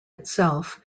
itself